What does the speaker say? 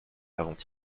avant